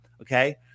okay